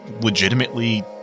legitimately